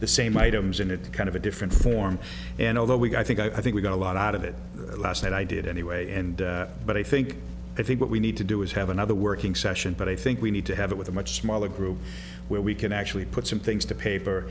the same items in it kind of a different form and although we got think i think we got a lot out of it last night i did anyway and but i think i think what we need to do is have another working session but i think we need to have it with a much smaller group where we can actually put some things to paper